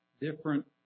different